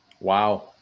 Wow